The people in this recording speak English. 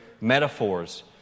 metaphors